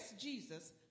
Jesus